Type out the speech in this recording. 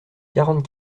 quarante